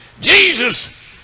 Jesus